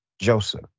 Joseph